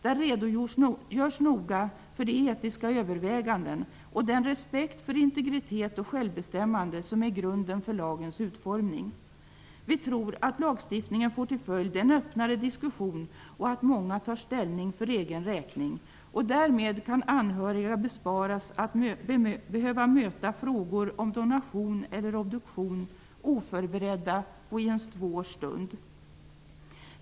Där redogörs noga för de etiska överväganden och den respekt för integritet och självbestämmande som är grunden för lagens utformning. Vi tror att lagstiftningen får till följd en öppnare diskussion och att många tar ställning för egen räkning, och därmed kan anhöriga besparas att behöva möta frågor om donation eller obduktion oförberedda i en svår stund.